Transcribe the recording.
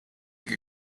que